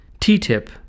TTIP